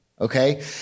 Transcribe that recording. okay